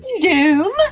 Doom